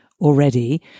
already